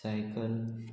cycle